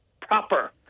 proper